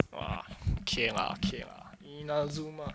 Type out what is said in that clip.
!wah! okay lah okay lah inner zoom ah